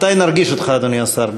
מתי נרגיש אותך, אדוני השר?